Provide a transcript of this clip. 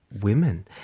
Women